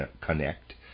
connect